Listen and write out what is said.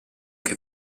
che